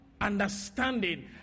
Understanding